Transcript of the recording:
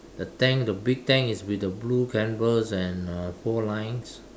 the tank the big tank is with the blue canvas and uh four lines